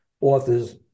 authors